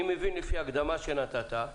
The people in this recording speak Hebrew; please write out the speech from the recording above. לפי ההקדמה שנתת,